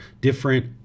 different